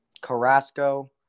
Carrasco